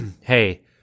Hey